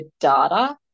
data